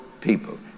people